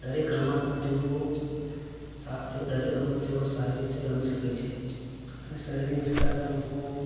દરેક રમતમાં તેઓ દરેક રમત તેઓ સારી રીતે રમી શકે છે અને શહેરી વિસ્તારના લોકો